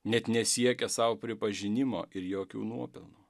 net nesiekia sau pripažinimo ir jokių nuopelnų